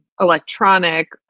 electronic